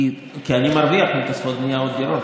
כי אני מרוויח מתוספות בנייה עוד דירות.